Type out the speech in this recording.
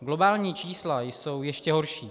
Globální čísla jsou ještě horší.